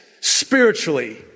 spiritually